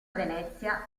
venezia